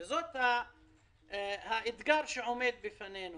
זה האתגר שעומד בפנינו.